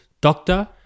doctor